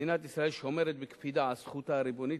מדינת ישראל שומרת בקפידה על זכותה הריבונית